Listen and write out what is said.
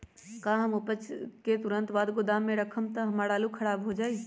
का हम उपज के तुरंत बाद गोदाम में रखम त हमार आलू खराब हो जाइ?